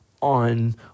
on